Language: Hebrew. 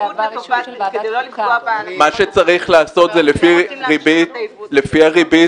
--- מה שצריך לעשות זה לפי הריבית